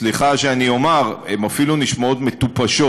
סליחה שאני אומר, הן אפילו נשמעות מטופשות,